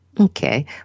Okay